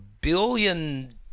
billion